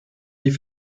die